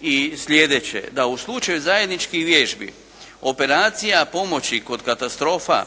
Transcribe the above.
i slijedeće, da u slučaju zajedničkih vježbi, operacija pomoći kod katastrofa